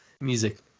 music